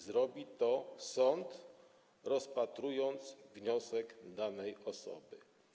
Zrobi to sąd, rozpatrując wniosek danej osoby.